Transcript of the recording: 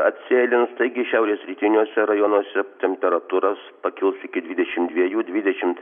atsėlins taigi šiaurės rytiniuose rajonuose temperatūros pakils iki dvidešim dviejų dvidešimt